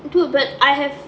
dude but I have